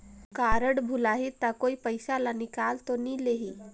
Card भुलाही ता कोई पईसा ला निकाल तो नि लेही?